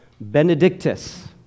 benedictus